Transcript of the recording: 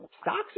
stocks